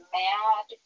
mad